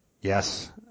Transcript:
Yes